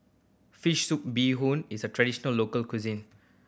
fish soup bee hoon is a traditional local cuisine